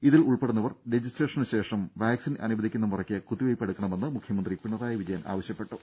ഇതിൽ ഉൾപ്പെടുന്നവർ രജിസ്ട്രേഷന് ശേഷം വാക്സിൻ അനുവദിക്കുന്ന മുറയ്ക്ക് കുത്തിവെപ്പെടുക്കണമെന്ന് മുഖ്യമന്ത്രി പിണറായി വിജയൻ ആവശ്യപ്പെട്ടു